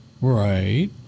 Right